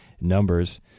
numbers